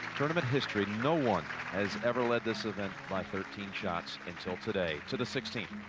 tournament history. no one has ever lead this event by thirteen shots until today to the sixteen